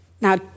Now